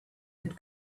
had